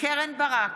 קרן ברק,